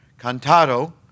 Cantado